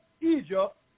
Egypt